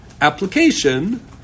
application